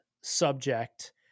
subject